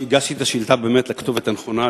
הגשתי את השאילתא לכתובת הנכונה,